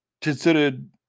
considered